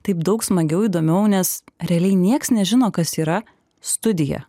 taip daug smagiau įdomiau nes realiai nieks nežino kas yra studija